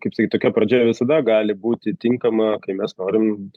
kaip sakyt tokia pradžia visada gali būti tinkama kai mes norim